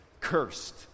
cursed